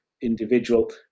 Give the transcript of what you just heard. individual